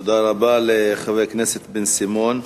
תודה רבה לחבר הכנסת בן-סימון.